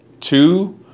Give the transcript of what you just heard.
two